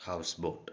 house boat